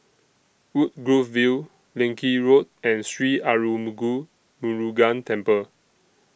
Woodgrove View Leng Kee Road and Sri Arulmigu Murugan Temple